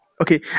Okay